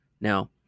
now